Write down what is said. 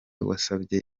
wasabye